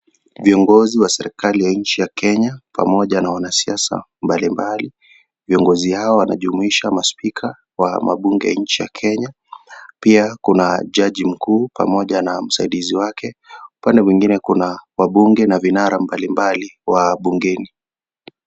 Viongozi serikali ya mji ya Kenya wanasiasa wa nchi ya Kenya pamoja na wanasiasa. Viongozi hawa wanajumuisha maspika wa mabunge nchi ya kenya, pia kuna haki mkuu pamoja na msaidizi wake. Upande mwingine pale nyuma wabunge na vinara wa bungeni